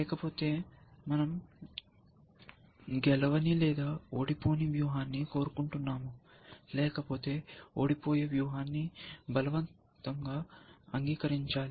లేకపోతే మేము గెలవని లేదా ఓడిపోని వ్యూహాన్ని కోరుకుంటున్నాము లేకపోతే ఓడిపోయే వ్యూహాన్ని బలవంతంగా అంగీకరించాలి